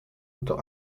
unter